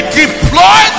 deploy